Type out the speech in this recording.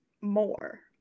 more